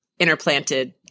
interplanted